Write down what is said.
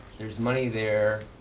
there's money there.